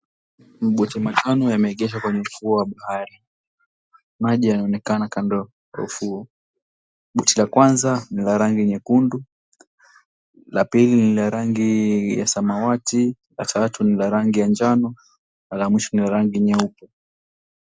Maboti matano yameegeshwa kwenye ufuo wa bahari. Maji yanaonekana kando ya ufuo. Boti la kwanza ni la rangi nyekundu, la pili ni la rangi ya samawati, la tatu ni la rangi ya njano na la mwisho ni la rangi nyeupe.